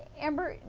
amber,